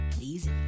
easy